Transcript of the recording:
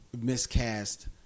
miscast